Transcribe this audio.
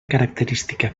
característica